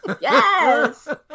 Yes